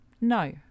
No